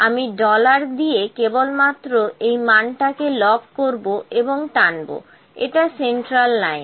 আমি ডলার দিয়ে কেবলমাত্র এই মানটাকে লক করব এবং টানবো এটা সেন্ট্রাল লাইন